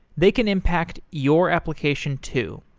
they can impact your application too.